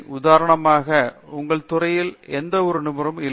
உதாரணமாக எங்கள் துறையில் எந்தவொரு நிபுணரும் இல்லை